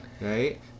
right